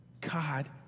God